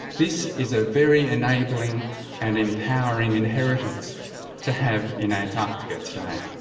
this is a very enabling and empowering inheritance to have in antarctica today.